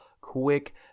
quick